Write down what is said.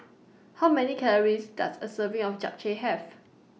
How Many Calories Does A Serving of Japchae Have